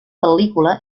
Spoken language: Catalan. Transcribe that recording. pel·lícula